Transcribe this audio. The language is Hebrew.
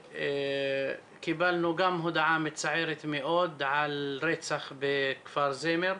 וקיבלנו הודעה מצערת מאוד על רצח בכפר זמר,